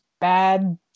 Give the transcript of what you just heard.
bad